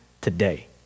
today